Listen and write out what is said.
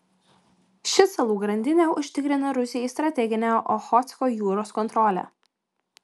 ši salų grandinė užtikrina rusijai strateginę ochotsko jūros kontrolę